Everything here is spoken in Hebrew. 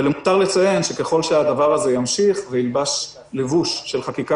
למותר לציין שככל שהדבר הזה ימשיך וילבש לבוש של חקיקה